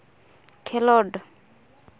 ᱠᱷᱮᱞᱚᱸᱰ